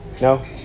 No